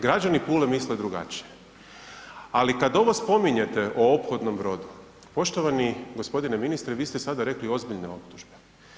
Građani Pule misle drugačije ali kad ovo spominjete o ophodnom brodu, poštovani g. ministre, vi ste sada rekli ozbiljne optužbe.